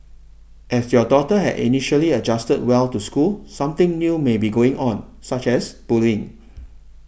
as your daughter had initially adjusted well to school something new may be going on such as bullying